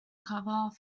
cover